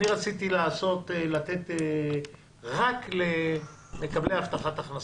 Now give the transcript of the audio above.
אני רציתי לתת רק למקבלי הבטחת הכנסה,